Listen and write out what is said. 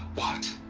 what?